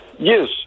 Yes